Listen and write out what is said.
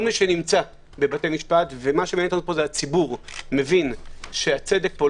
כל מי שנמצא בבתי משפט והציבור מבין שהצדק לא